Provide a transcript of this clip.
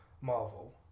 Marvel